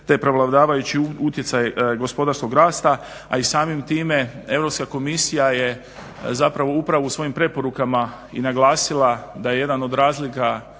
te prevladavajući utjecaj gospodarskog rasta, a i samim time Europska komisija je zapravo upravo u svojim preporukama i naglasila da je jedan od razlika,